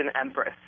Empress